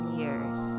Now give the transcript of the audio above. years